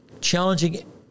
challenging